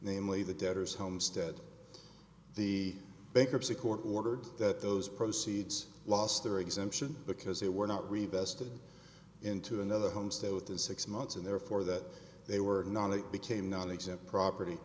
namely the debtors homestead the bankruptcy court ordered that those proceeds lost their exemption because they were not we vested into another homestead within six months and therefore that they were not it became not exempt property